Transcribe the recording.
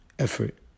effort